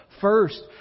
First